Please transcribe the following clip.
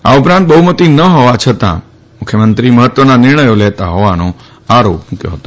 આ ઉપરાંત બહુમતિ ન હોવા છતાં મુખ્યમંત્રી મહત્વના નિર્ણયો લેતા હોવાનો પણ આરોપ મૂક્યો છે